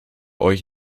euch